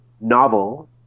novel